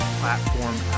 platform